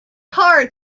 card